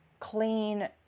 clean